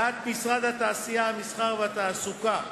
דעת משרד התעשייה, המסחר והתעסוקה,